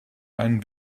einen